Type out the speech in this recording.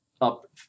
up